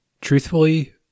Truthfully